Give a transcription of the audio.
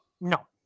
No